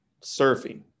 surfing